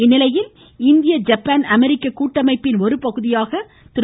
இந்நிலையில் இந்திய ஜப்பான் அமெரிக்க கூட்டமைப்பின் ஒருபகுதியாக திரு